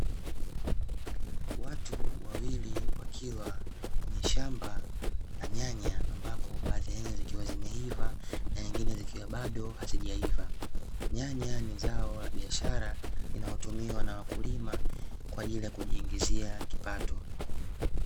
Watu wawili wakiwa kwenye shamba la nyanya ambako baadhi ya nyanya zikiwa zimeiva na nyingine zikiwa bado hazijaiva. Nyanya ni zao la biashara inayotumiwa na wakulima kwa ajili ya kujiingizia kipato.